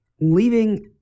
leaving